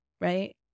right